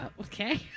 Okay